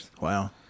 Wow